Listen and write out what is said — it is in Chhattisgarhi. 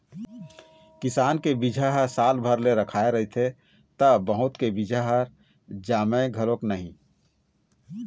किसान के बिजहा ह साल भर ले रखाए रहिथे त बहुत के बीजा ह जामय घलोक नहि